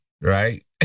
Right